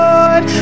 Lord